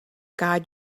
god